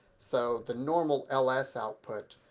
so the normal ls output,